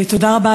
תודה רבה,